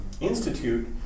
institute